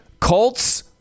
Colts